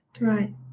Right